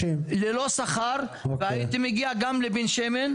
ללא שכר, והייתי מגיע גם לבן שמן